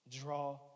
draw